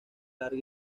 larga